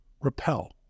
repel